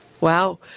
Wow